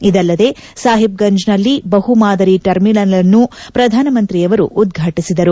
ಇದಲ್ಲದೆ ಸಾಹಿಬ್ಗಂಜ್ನಲ್ಲಿ ಬಹುಮಾದರಿ ಟರ್ಮಿನಲ್ ಅನ್ನು ಪ್ರಧಾನ ಮಂತ್ರಿಯವರು ಉದ್ವಾಟಿಸಿದರು